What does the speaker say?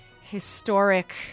historic